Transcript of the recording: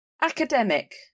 academic